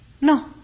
No